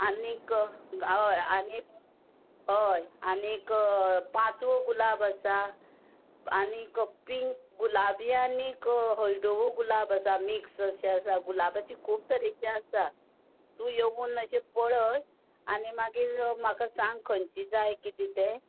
आनीक हय आनीक हय आनीक पांचवो गुलाब आसा आनीक पींक गुलाबी आनीक हळदुवो गुलाब आसा मिक्स अशे आसा गुलाबीची खूब तरेचे आसा तूं येवून अशें पळय आनी मागीर म्हाका सांग खंयचे जाय कितें ते